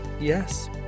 Yes